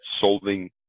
solving